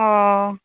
ᱚᱸ